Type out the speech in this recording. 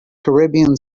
caribbean